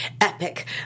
epic